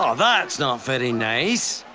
ah that's not very nice.